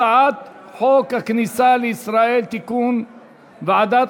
אנחנו עוברים להצעת החוק שהוצמדה לחוק: הצעת חוק לתיקון פקודת